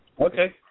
Okay